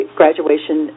graduation